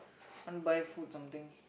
want buy food something